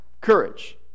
courage